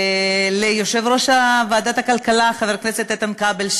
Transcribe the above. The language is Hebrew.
ליושב-ראש ועדת הכלכלה חבר הכנסת איתן כבל,